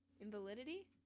Invalidity